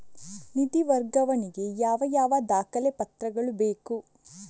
ನಿಧಿ ವರ್ಗಾವಣೆ ಗೆ ಯಾವ ಯಾವ ದಾಖಲೆ ಪತ್ರಗಳು ಬೇಕು?